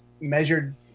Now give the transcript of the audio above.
measured